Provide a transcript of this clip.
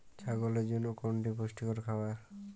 ছাগলের জন্য কোনটি পুষ্টিকর খাবার?